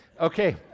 Okay